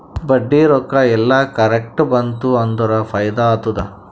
ಬಡ್ಡಿ ರೊಕ್ಕಾ ಎಲ್ಲಾ ಕರೆಕ್ಟ್ ಬಂತ್ ಅಂದುರ್ ಫೈದಾ ಆತ್ತುದ್